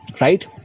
Right